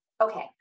okay